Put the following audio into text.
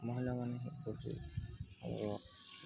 ମହିଳାମାନଙ୍କ ପ୍ରତି ଆମର